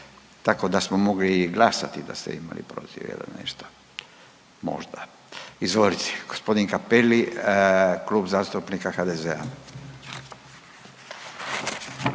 Tako da smo mogli i glasati da ste imali protiv ili nešto, možda. Izvolite, gospodin Cappelli Klub zastupnika HDZ-a.